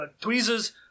tweezers